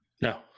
No